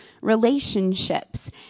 relationships